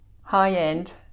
high-end